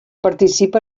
participa